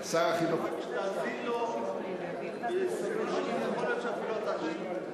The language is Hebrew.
ואני מבקש להאזין לו בסבלנות ויכול להיות שאפילו אתה תשתכנע.